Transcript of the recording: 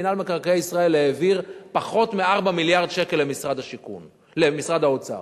מינהל מקרקעי ישראל העביר פחות מ-4 מיליארד שקלים למשרד האוצר.